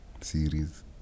series